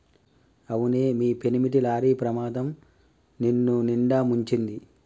అవునే మీ పెనిమిటి లారీ ప్రమాదం నిన్నునిండా ముంచింది